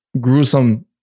gruesome